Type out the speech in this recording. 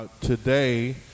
Today